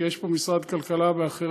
כי יש פה את משרד הכלכלה ואחרים.